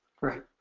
Right